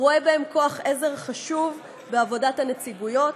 הוא רואה בהם כוח עזר חשוב בעבודת הנציגויות,